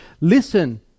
listen